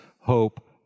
hope